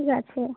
ঠিক আছে